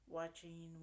watching